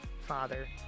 Father